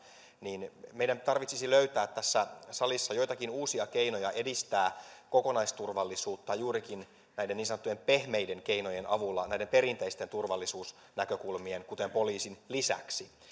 niin meidän tarvitsisi löytää tässä salissa joitakin uusia keinoja edistää kokonaisturvallisuutta juurikin näiden niin sanottujen pehmeiden keinojen avulla näiden perinteisten turvallisuusnäkökulmien kuten poliisin lisäksi